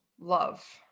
love